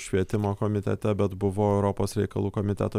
švietimo komitete bet buvo europos reikalų komiteto